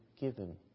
given